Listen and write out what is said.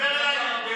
דבר אליי.